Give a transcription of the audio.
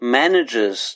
manages